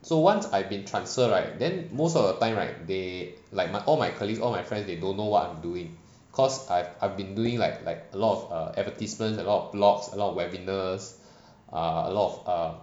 so once I've been transfer right then most of the time right they like my all my colleagues all my friends they don't know what I'm doing cause I've I've been doing like like a lot of advertisements a lot of blogs a lot of webinars err a lot of err